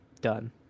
done